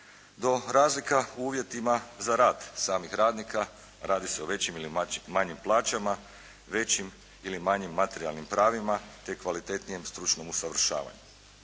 do razlika u uvjetima za rad samih radnika, radi se o većim ili manjim plaćama, većim ili manjim materijalnim pravima te kvalitetnijem stručnom usavršavanju.